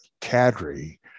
cadre